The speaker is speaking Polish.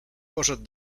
poszedł